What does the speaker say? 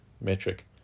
metric